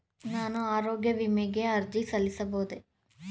ನಾನು ಆರೋಗ್ಯ ವಿಮೆಗೆ ಅರ್ಜಿ ಸಲ್ಲಿಸಬಹುದೇ?